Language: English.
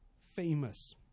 famous